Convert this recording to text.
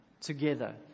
together